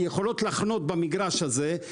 יכולות לחנות במגרש הזה.